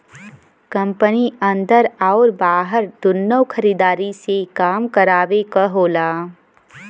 company अन्दर आउर बाहर दुन्नो खरीदार से काम करावे क होला